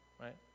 right